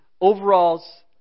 Overalls